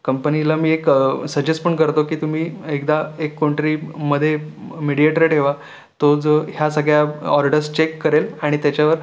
कंपनीला मी एक सजेस्ट पण करतो की तुम्ही एकदा एक कोणतरी मध्ये मिडीयेटर ठेवा तो जो ह्या सगळ्या ऑर्डर्स चेक करेल आणि त्याच्यावर